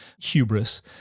hubris